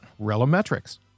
ReloMetrics